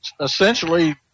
essentially